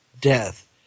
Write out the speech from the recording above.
death